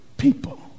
people